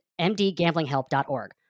mdgamblinghelp.org